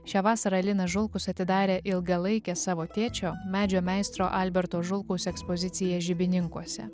šią vasarą linas žulkus atidarė ilgalaikę savo tėčio medžio meistro alberto žulkaus ekspoziciją žibininkuose